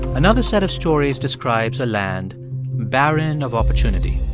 another set of stories describes a land barren of opportunity